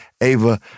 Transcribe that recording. Ava